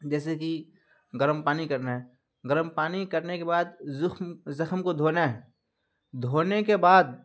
جیسے کہ گرم پانی کرنا ہے گرم پانی کرنے کے بعد زخم زخم کو دھونا ہے دھونے کے بعد